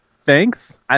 thanks